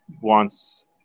wants